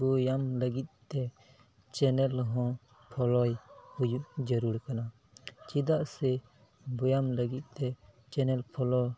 ᱵᱮᱭᱟᱢ ᱞᱟᱹᱜᱤᱫᱼᱛᱮ ᱪᱮᱱᱮᱞ ᱦᱚᱸ ᱯᱷᱳᱞᱳᱭ ᱦᱩᱭᱩᱜ ᱡᱟᱹᱨᱩᱲ ᱠᱟᱱᱟ ᱪᱮᱫᱟᱜ ᱥᱮ ᱵᱮᱭᱟᱢ ᱞᱟᱹᱜᱤᱫᱼᱛᱮ ᱪᱮᱱᱮᱞ ᱯᱷᱳᱞᱳ